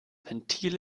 ventil